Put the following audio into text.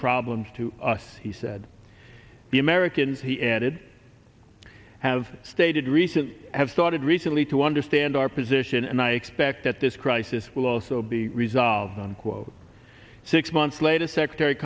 problems to us he said the americans he added have stated recently have started recently to understand our position and i expect that this crisis will also be resolved on quote six months later secretary